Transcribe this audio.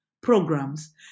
programs